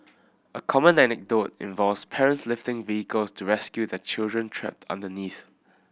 a common anecdote involves parents lifting vehicles to rescue their children trapped underneath